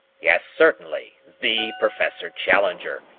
yes, certainly, the professor challenger,